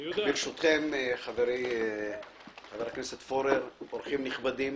ברשותכם, חברי חבר הכנסת פורר, אורחים נכבדים.